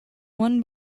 won